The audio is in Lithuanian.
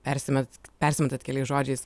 persimet persimetat keliais žodžiais